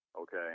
okay